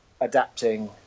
adapting